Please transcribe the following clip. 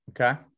okay